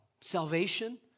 salvation